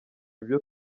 ibyo